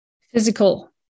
physical